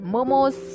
Momos